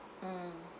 mmhmm